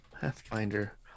Pathfinder